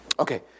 Okay